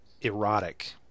erotic